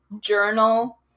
Journal